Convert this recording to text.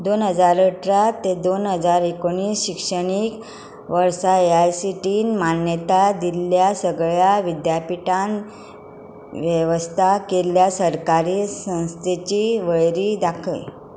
दोन हजार अठरा ते दोन हजार एकोणीस शिक्षणीक वर्सा ए आय सी टी ईन मान्यताय दिल्ल्या सगळ्या विद्यापिठान वेवस्था केल्ल्या सरकारी संस्थेची वळेरी दाखय